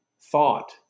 thought